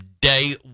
day